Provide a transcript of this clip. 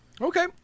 Okay